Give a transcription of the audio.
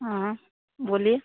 बोलिए